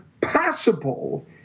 possible